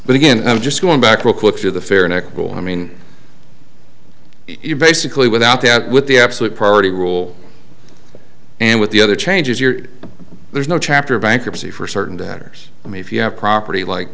but again i'm just going back real quick to the fair and equal i mean you basically without that with the absolute priority rule and with the other changes you're there's no chapter bankruptcy for certain debtors i mean if you have property like